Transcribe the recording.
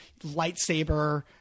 lightsaber